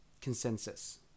consensus